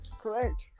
Correct